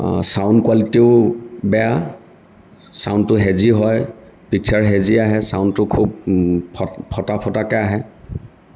sound কোৱালিটীও বেয়া চাউণ্ডটো হে'জী হয় পিক্সাৰ হে'জী আহে চাউণ্ডটো খুব ফটা ফটাকৈ আহে